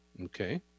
okay